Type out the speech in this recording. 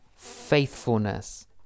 faithfulness